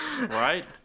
right